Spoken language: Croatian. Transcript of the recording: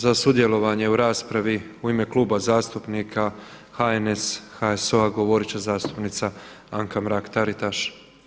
Za sudjelovanje u raspravi u ime Kluba zastupnika HNS, HSU-a govorit će zastupnica Anka Mrak Taritaš.